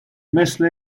مثه